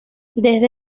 desde